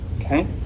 Okay